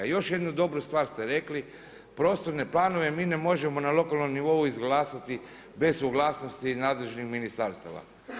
I još jednu dobru stvar ste rekli, prostorne planove mi ne možemo na lokalnom nivou izglasati bez suglasnosti nadležnih ministarstava.